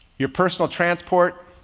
your personal transport,